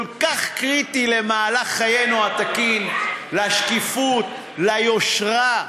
כל כך קריטי למהלך חיינו התקין, לשקיפות, ליושרה.